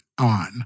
on